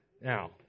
Now